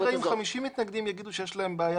אבל מה יקרה אם 50 מתנגדים יגידו שיש להם בעיה